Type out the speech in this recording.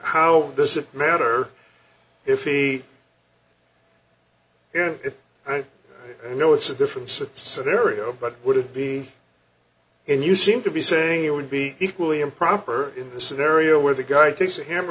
how does it matter if he hears it and i know it's a different scenario but would it be and you seem to be saying it would be equally improper in the scenario where the guy takes a hammer